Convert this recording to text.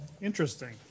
Interesting